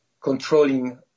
controlling